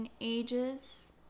ages